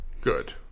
good